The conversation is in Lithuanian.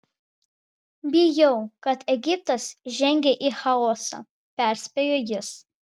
bijau kad egiptas žengia į chaosą perspėjo jis